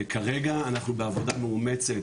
כרגע אנחנו בעבודה מאומצת